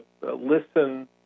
listen